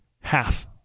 half